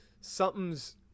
something's